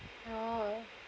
oh